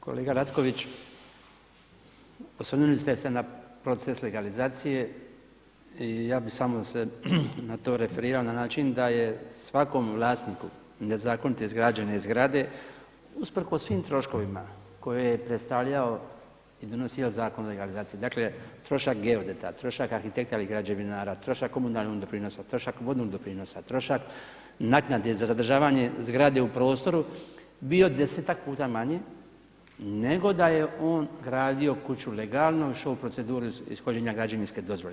Kolega Lacković, osvrnuli ste se na proces legalizacije i ja bih samo se na to referirao na način da je svakom vlasniku nezakonito izgrađene zgrade usprkos svim troškovima koje je predstavljao i donosio Zakon o legalizaciji, dakle trošak geodeta, trošak arhitekta ili građevinara, trošak komunalnog doprinosa, trošak vodnog doprinosa, trošak naknade za zadržavanje zgrade u prostoru, bio desetak puta manji nego da je on gradio kuću legalno još ovu proceduru ishođenja građevinske dozvole.